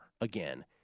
again